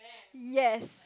yes